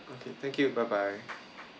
okay thank you bye bye